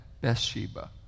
Bathsheba